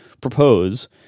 propose